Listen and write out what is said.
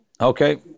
Okay